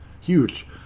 Huge